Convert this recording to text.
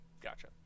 Gotcha